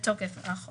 אז כן.